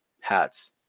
hats